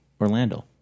Orlando